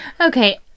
Okay